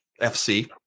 FC